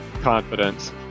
confidence